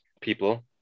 people